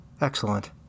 Excellent